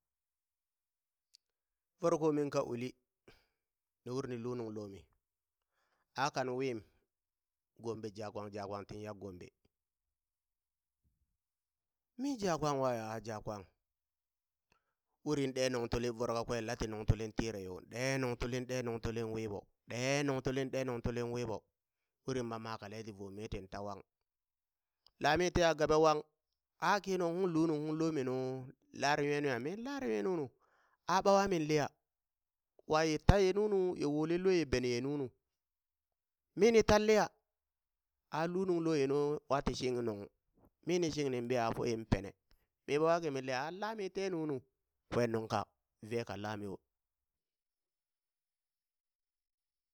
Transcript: Voro ko min ka uli, ni uri ni luu nung lomi, a kan wim gombe jakwang jakwang tin yak gombe mi jakwang waya? a jakwang, urin ɗe nuŋ tuli voro kakwe lati nuŋ tuli tire yo ɗe nuŋ tuli ɗe nuŋ tuli wiɓo ɗe nuŋ tuli ɗe nuŋ tuli wiɓo urin ma makale ti voo mii tin ta wang la mi teha gaɓe wang a ki nungkung lu nuŋ lomi nuu lare nwe nuya? min lare nwe nunu, a ɓawa min liya? waye taye nunu! ye wolen lue ye benye nunu, mi ni tan liya a luu nung loye nuu wati shing nuŋ, mini shing nin biya? a foyen pene, mi ɓawa kimin liya? an lami tee nunu kwen nungka ve ka lamyo.